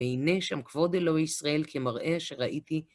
והנה שם כבוד אלוהי ישראל כמראה אשר ראיתי.